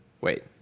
Wait